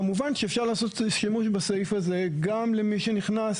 כמובן שאפשר לעשות שימוש בסעיף הזה גם למי שנכנס